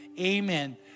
amen